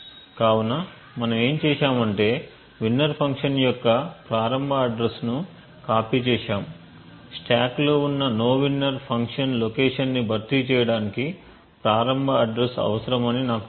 కాబట్టి మనం ఏమి చేశామంటే winner ఫంక్షన్ యొక్క ప్రారంభ అడ్రస్ ను కాపీ చేసాము స్ట్యాక్ లో ఉన్న nowinner ఫంక్షన్ లొకేషన్ ని భర్తీ చేయడానికి ప్రారంభ అడ్రస్ అవసరమని నాకు తెలుసు